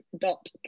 dot